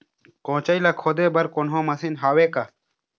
कोचई ला खोदे बर कोन्हो मशीन हावे का?